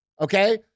okay